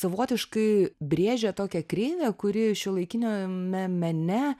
savotiškai brėžia tokią kreivę kuri šiuolaikiniame mene